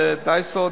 דייסות,